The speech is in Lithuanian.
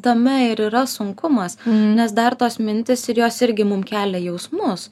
tame ir yra sunkumas nes dar tos mintys ir jos irgi mum kelia jausmus